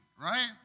right